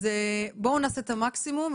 בואו נעשה את המקסימום.